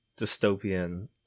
dystopian